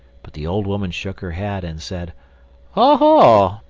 but the old woman shook her head and said oh, ho!